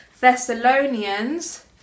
Thessalonians